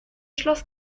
schloss